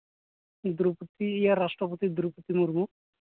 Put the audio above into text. ᱫᱨᱳᱯᱚᱫᱤ ᱨᱟᱥᱴᱨᱚᱯᱚᱛᱤ ᱫᱨᱳᱯᱚᱫᱤ ᱢᱩᱨᱢᱩ